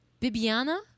Bibiana